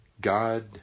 God